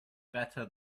better